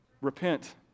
Repent